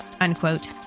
Unquote